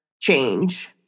change